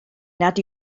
nad